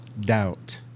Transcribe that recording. doubt